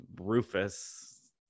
Rufus